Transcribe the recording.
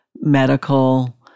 medical